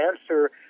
answer